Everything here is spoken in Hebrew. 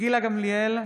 גילה גמליאל,